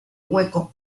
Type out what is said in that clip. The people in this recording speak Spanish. hueco